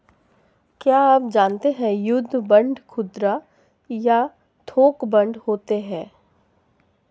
क्या आप जानते है युद्ध बांड खुदरा या थोक बांड होते है?